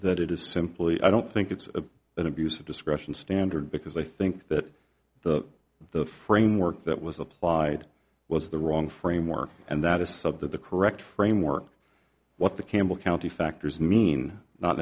that it is simply i don't think it's an abuse of discretion standard because i think that the the framework that was applied was the wrong framework and that is sub that the correct framework what the campbell county factors mean not